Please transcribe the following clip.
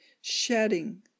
shedding